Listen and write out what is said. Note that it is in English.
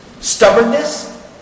stubbornness